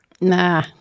nah